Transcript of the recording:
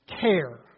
care